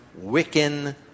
Wiccan